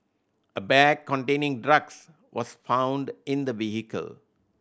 a bag containing drugs was found in the vehicle